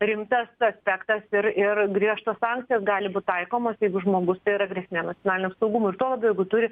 rimtas aspektas ir ir griežtos sankcijos gali būt taikomos jeigu žmogus tai yra grėsmė nacionaliniam saugumui ir tuo labiau jeigu turi